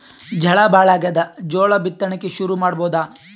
ಝಳಾ ಭಾಳಾಗ್ಯಾದ, ಜೋಳ ಬಿತ್ತಣಿಕಿ ಶುರು ಮಾಡಬೋದ?